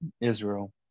Israel